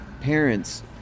parents